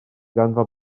ganddo